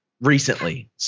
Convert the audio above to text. recently